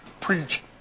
preach